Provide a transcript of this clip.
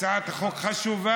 הצעת החוק חשובה.